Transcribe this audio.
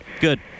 Good